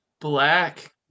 black